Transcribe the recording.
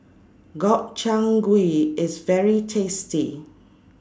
Gobchang Gui IS very tasty